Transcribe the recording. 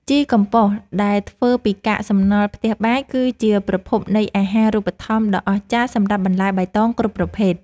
ជីកំប៉ុស្តដែលធ្វើពីកាកសំណល់ផ្ទះបាយគឺជាប្រភពនៃអាហាររូបត្ថម្ភដ៏អស្ចារ្យសម្រាប់បន្លែបៃតងគ្រប់ប្រភេទ។